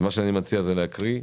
אני מציע להקריא,